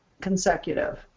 consecutive